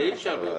אי אפשר.